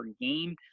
game